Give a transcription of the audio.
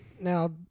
now